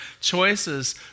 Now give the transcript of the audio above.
choices